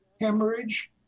Hemorrhage